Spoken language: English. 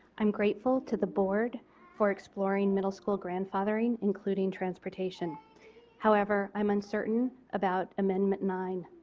i am grateful to the board for exploring middle school grandfathering including transportation however i am uncertain about amendment nine.